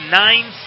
nine